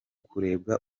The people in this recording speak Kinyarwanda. kurebwa